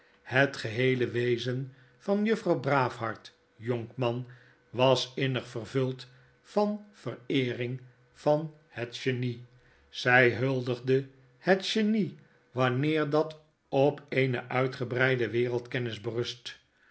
het geheele wezen van juffrouw braafhart jonkman was innig vervuld van vereering van het genie zy huldigde het genie wanneer dat op eene uitgebreide wereldkennis berust